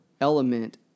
element